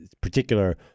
particular